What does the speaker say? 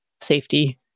safety